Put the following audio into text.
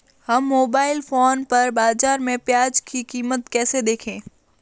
हम mobile phone पर बाज़ार में प्याज़ की कीमत कैसे देखें?